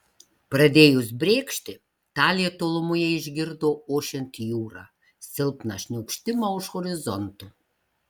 pradėjus brėkšti talė tolumoje išgirdo ošiant jūrą silpną šniokštimą už horizonto